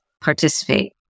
participate